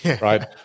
right